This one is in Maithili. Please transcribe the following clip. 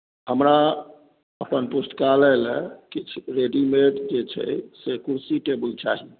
हमरा अपन पुस्तकालय लेल किछु रेडीमेड जे छै से कुर्सी टेबुल चाही